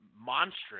monstrous